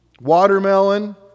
Watermelon